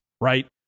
right